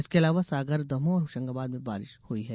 इसके अलावा सागर दमोह और होशंगाबाद में बारिश हुई है